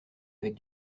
avec